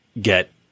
get